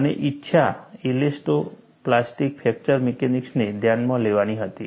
અને ઇચ્છા elasto plastic fracture મિકેનિક્સને ધ્યાનમાં લેવાની હતી